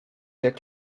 jak